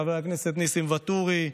חבר הכנסת ניסים ואטורי,